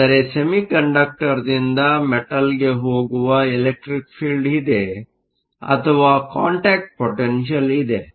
ಅಂದರೆ ಸೆಮಿಕಂಡಕ್ಟರ್ದಿಂದ ಮೆಟಲ್Metalಗೆ ಹೋಗುವ ಎಲೆಕ್ಟ್ರಿಕ್ ಫಿಲ್ಡ್Electric field ಇದೆ ಅಥವಾ ಕಾಂಟ್ಯಾಕ್ಟ್ ಪೊಟೆನ್ಷಿಯಲ್Contact potential ಇದೆ